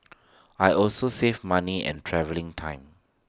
I also save money and travelling time